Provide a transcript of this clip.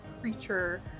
creature